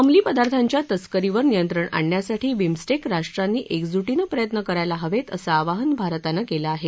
अंमली पदार्थांच्या तस्करीवर नियंत्रण आणण्यासाठी बिमस्टेक राष्ट्रांनी एकजुटीने प्रयत्न करायला हवेत असं आवाहन भारतानं केलं आहे